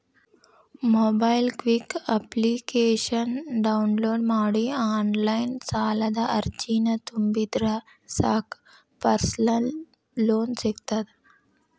MobiKwik application download ಮಾಡಿ online ಸಾಲದ ಅರ್ಜಿನ ತುಂಬಿದ್ರ ಸಾಕ್ ಪರ್ಸನಲ್ ಲೋನ್ ಸಿಗತ್ತ